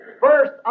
first